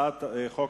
(תיקון,